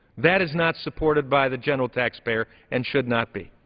that is not supported by the general taxpayer and should not be.